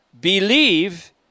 Believe